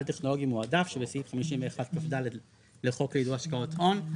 טכנולוגי מועדף" שבסעיף 51כד לחוק לעידוד השקעות הון,